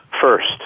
first